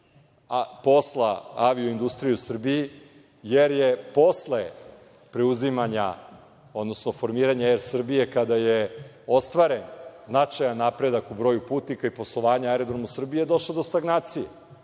posla avio industrije u Srbiji jer je posle preuzimanja, odnosno formiranja Er Srbije kada je ostvaren značajan napredak u broju putnika i poslovanja aerodroma u Srbiji došlo je do stagnacije.